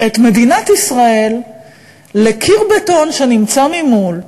את מדינת ישראל לקיר בטון שנמצא ממול,